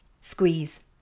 Squeeze